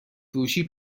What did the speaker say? فروشی